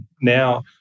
now